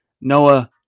Noah